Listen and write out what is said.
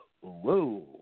whoa